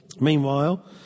Meanwhile